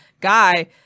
guy